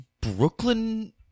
Brooklyn